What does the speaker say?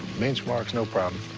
benchmark's no problem.